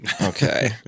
Okay